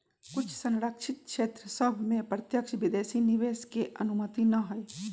कुछ सँरक्षित क्षेत्र सभ में प्रत्यक्ष विदेशी निवेश के अनुमति न हइ